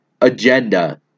agenda